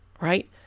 right